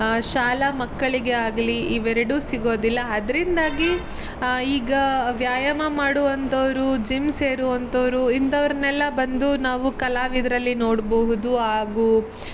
ಶಾಲಾ ಮಕ್ಕಳಿಗೆ ಆಗಲಿ ಇವೆರಡು ಸಿಗೋದಿಲ್ಲ ಅದರಿಂದಾಗಿ ಈಗ ವ್ಯಾಯಾಮ ಮಾಡುವಂಥವರು ಜಿಮ್ ಸೇರುವಂಥವ್ರು ಇಂಥವರನ್ನೆಲ್ಲ ಬಂದು ನಾವು ಕಲಾವಿದರಲ್ಲಿ ನೋಡಬಹುದು ಹಾಗೂ